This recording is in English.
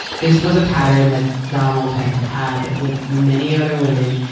this was a pattern that donald had had with many other women.